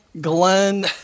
glenn